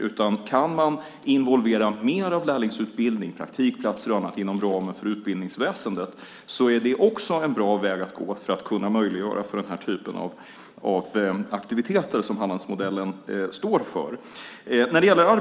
Kan man involvera mer av lärlingsutbildning, praktikplatser och annat inom ramen för utbildningsväsendet är det också en bra väg att gå för att möjliggöra för denna typ av aktiviteter som Hallandsmodellen står för.